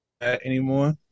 anymore